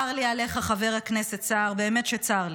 צר לי עליך, חבר הכנסת סער, באמת שצר לי.